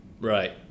Right